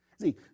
See